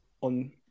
on